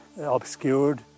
obscured